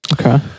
Okay